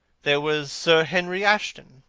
there was sir henry ashton,